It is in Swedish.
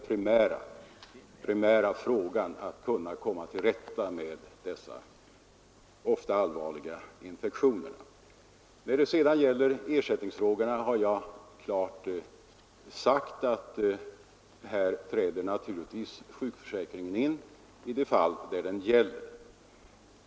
Den primära frågan är att försöka komma till rätta med dessa ofta allvarliga infektioner. När det sedan gäller ersättningsfrågorna har jag klart sagt att här träder sjukförsäkringen in i de fall där den gäller.